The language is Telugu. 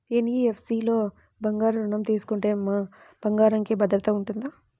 ఎన్.బీ.ఎఫ్.సి లలో బంగారు ఋణం తీసుకుంటే మా బంగారంకి భద్రత ఉంటుందా?